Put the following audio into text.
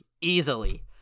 easily